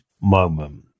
moment